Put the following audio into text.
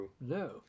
no